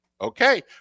Okay